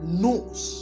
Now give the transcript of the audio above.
knows